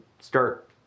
start